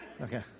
Okay